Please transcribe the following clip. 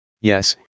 Yes